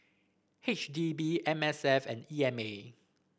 H D B M S F and E M A